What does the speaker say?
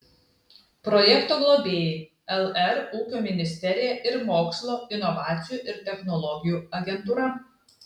projekto globėjai lr ūkio ministerija ir mokslo inovacijų ir technologijų agentūra